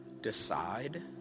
decide